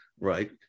right